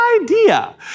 idea